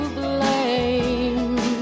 blame